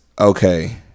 okay